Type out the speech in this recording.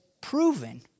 proven